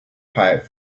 pipe